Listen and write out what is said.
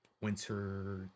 winter